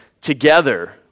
together